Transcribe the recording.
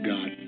God